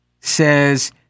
says